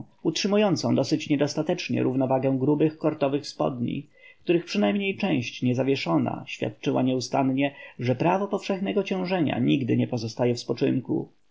utrzymującą dosyć niedostatecznie równowagę grubych kortowych spodni których przynajmniej część niezawieszona świadczyła nieustannie że prawo powszechnego ciążenia nigdy nie pozostaje w spoczynku